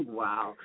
wow